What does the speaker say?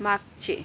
मागचे